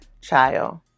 child